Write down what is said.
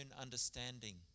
understanding